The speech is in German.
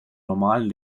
normalen